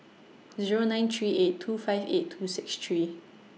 Zero nine three eight two five eight two six three